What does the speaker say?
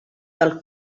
del